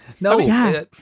No